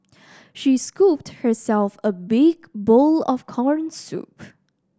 she scooped herself a big bowl of corn soup